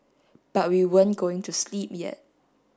but we weren't going to sleep yet